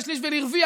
לשליש ולרביע,